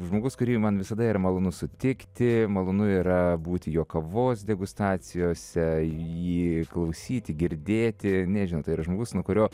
žmogus kurį man visada yra malonu sutikti malonu yra būti jo kavos degustacijose jį klausyti girdėti nežinau tai yra žmogus nuo kurio